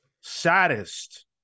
saddest